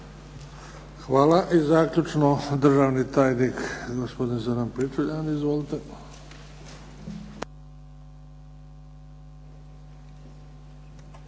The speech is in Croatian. Hvala. I zaključno državni tajnik